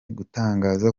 gutangaza